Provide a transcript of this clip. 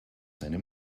seine